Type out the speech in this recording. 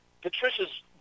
Patricia's